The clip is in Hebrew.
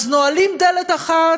אז נועלים דלת אחת,